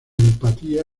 empatía